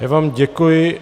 Já vám děkuji.